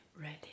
ready